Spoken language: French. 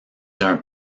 d’un